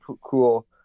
cool